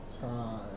time